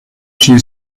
she